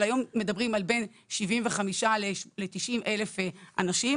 היום מדברים על בין 90,000-75,000 אנשים,